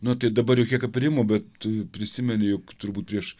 na tai dabar jau kiek aprimo bet prisimeni jog turbūt prieš